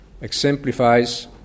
exemplifies